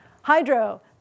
Hydro